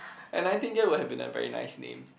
and I think that would have been a very nice name